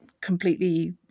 completely